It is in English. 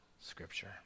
Scripture